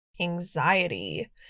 anxiety